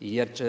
jer će